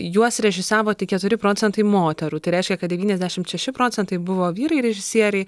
juos režisavo tik keturi procentai moterų tai reiškia kad devyniasdešimt šeši procentai buvo vyrai režisieriai